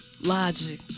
logic